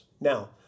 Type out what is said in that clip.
Now